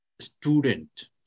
student